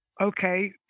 okay